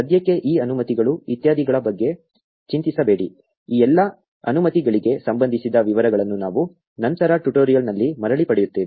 ಸದ್ಯಕ್ಕೆ ಈ ಅನುಮತಿಗಳು ಇತ್ಯಾದಿಗಳ ಬಗ್ಗೆ ಚಿಂತಿಸಬೇಡಿ ಈ ಎಲ್ಲಾ ಅನುಮತಿಗಳಿಗೆ ಸಂಬಂಧಿಸಿದ ವಿವರಗಳನ್ನು ನಾವು ನಂತರ ಟ್ಯುಟೋರಿಯಲ್ ನಲ್ಲಿ ಮರಳಿ ಪಡೆಯುತ್ತೇವೆ